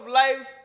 lives